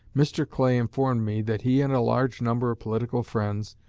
mr. clay informed me that he and a large number of political friends,